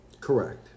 Correct